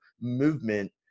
movement